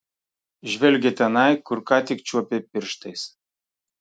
žvelgė tenai kur ką tik čiuopė pirštais